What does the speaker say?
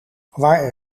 waar